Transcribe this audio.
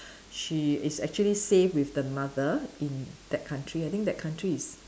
she is actually safe with the mother in that country I think that country is